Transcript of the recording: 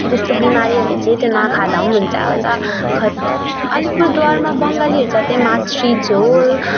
त्यस्तो बिमारीहरूले चाहिँ त्यो नखाँदा हुन्छ अन्त ख अलिपुरद्वारमा बङ्गालीहरू छ त्यो माछ्री झोल